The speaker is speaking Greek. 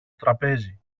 τραπέζι